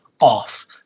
off